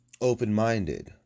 open-minded